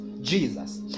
Jesus